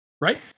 right